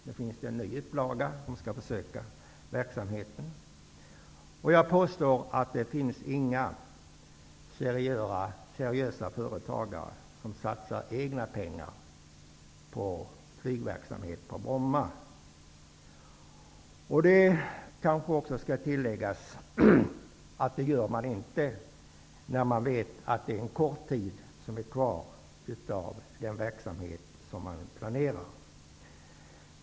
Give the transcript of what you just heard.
Det finns en ny upplaga som skall försöka sig på verksamheten. Jag påstår att det inte finns några seriösa företagare som satsar egna pengar för flygverksamhet på Bromma. Det kanske skall tilläggas att man inte gör det när man vet att det är en kort tid som återstår för den verksamhet som man planerar.